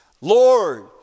Lord